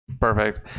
Perfect